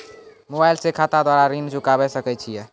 Mobile से खाता द्वारा ऋण चुकाबै सकय छियै?